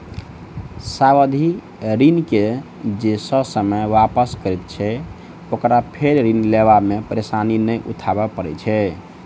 सावधि ऋण के जे ससमय वापस करैत छै, ओकरा फेर ऋण लेबा मे परेशानी नै उठाबय पड़ैत छै